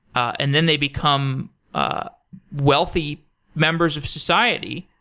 and then they become ah wealthy members of society,